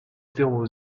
zéro